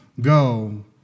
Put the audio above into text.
Go